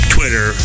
Twitter